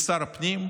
לשר הפנים,